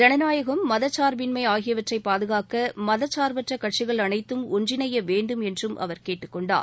ஜனநாயகம் மதச்சார்பின்மை ஆகியவற்றை பாதுகாக்க மதச்சார்பற்ற கட்சிகள் அனைத்தும் ஒன்றிணைய வேண்டும் என்றும் அவர் கேட்டுக் கொண்டார்